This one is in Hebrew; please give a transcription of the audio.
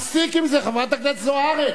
להפסיק עם זה, חברת הכנסת זוארץ.